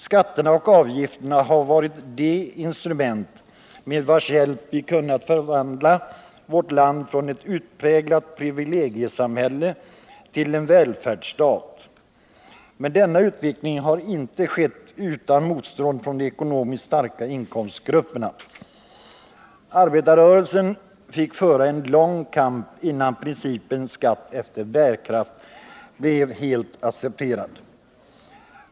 Skatterna och avgifterna har varit de instrument med vilkas hjälp vi har kunnat förvandla vårt land från ett utpräglat privilegiesamhälle till en välfärdsstat. Men denna utveckling har inte skett utan motstånd från de ekonomiskt starka inkomstgrupperna. Arbetarrörelsen fick föra en lång kamp innan principen skatt efter bärkraft blev accepterad.